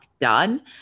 done